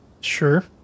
Sure